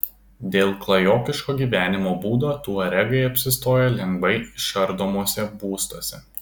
dėl klajokliško gyvenimo būdo tuaregai apsistoja lengvai išardomuose būstuose